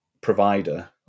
provider